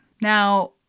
now